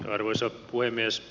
arvoisa puhemies